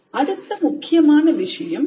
அடுத்த முக்கியமான விஷயம் "ஏன்"